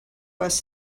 west